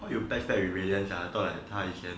how you patch back with valen thought like 他以前